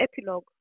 epilogue